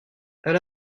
elle